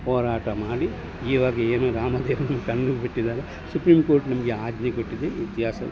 ಹೋರಾಟ ಮಾಡಿ ಇವಾಗ ಏನು ರಾಮ ಮಂದಿರವನ್ನು ತಂದು ಬಿಟ್ಟಿದ್ದಾರೆ ಸುಪ್ರೀಮ್ ಕೋರ್ಟ್ ನಮಗೆ ಆಜ್ಞೆ ಕೊಟ್ಟಿದೆ ಇತಿಹಾಸ